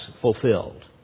fulfilled